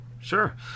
sure